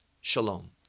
Shalom